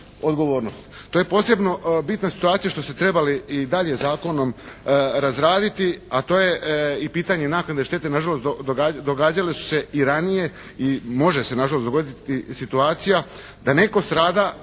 odgovornost. To je posebno bitna situacija što ste trebali i dalje zakonom razraditi, a to je i pitanje naknade štete. Nažalost događale su se i ranije i može se nažalost dogoditi situacija da netko strada